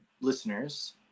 listeners